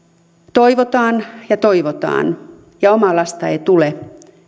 toivotaan ja toivotaan ja omaa lasta ei tule